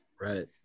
Right